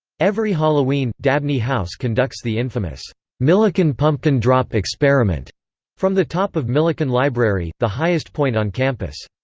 every halloween, dabney house conducts the infamous millikan pumpkin-drop experiment from the top of millikan library, the highest point on campus.